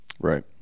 right